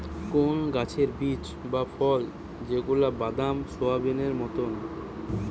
কোন গাছের বীজ বা ফল যেগুলা বাদাম, সোয়াবেনেই মতোন